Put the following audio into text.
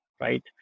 right